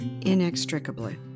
inextricably